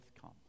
come